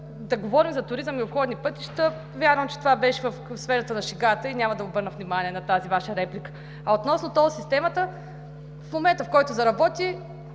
Да говорим за туризъм и обходни пътища – вярвам, че това беше в сферата на шегата и няма да обърна внимание на тази Ваша реплика. Относно тол системата – предполагам, че в момента, в който заработи,